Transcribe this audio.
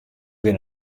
bin